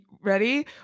ready